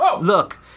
Look